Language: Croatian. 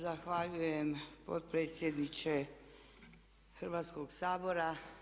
Zahvaljujem potpredsjedniče Hrvatskog sabora.